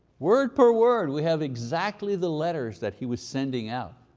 word per word, we have exactly the letters that he was sending out.